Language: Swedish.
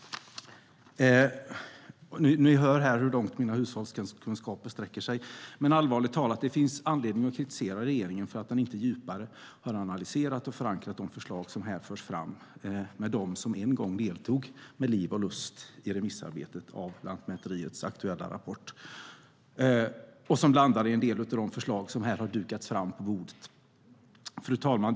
Ni hör här hur långt mina hushållskunskaper sträcker sig! Men allvarligt talat - det finns anledning att kritisera regeringen för att den inte djupare har låtit analysera och förankra de förslag som här förs fram hos dem som en gång deltog med liv och lust i remissarbetet med Lantmäteriets aktuella rapport. En del av förslagen har dukats fram här på bordet. Fru talman!